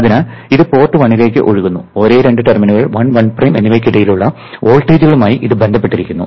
അതിനാൽ ഇത് പോർട്ട് 1 ലേക്ക് ഒഴുകുന്നു ഒരേ രണ്ട് ടെർമിനലുകൾ 1 1 പ്രൈം എന്നിവയ്ക്കിടയിലുള്ള വോൾട്ടേജുമായി ഇത് ബന്ധപ്പെട്ടിരിക്കുന്നു